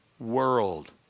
world